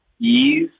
ease